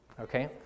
Okay